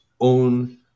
own